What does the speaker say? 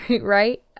right